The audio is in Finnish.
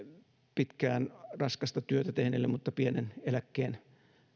pitkään raskasta työtä tehneille mutta pienen eläkkeen